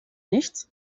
nichts